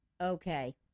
Okay